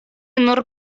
nur